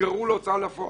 נגררו להוצאה לפועל.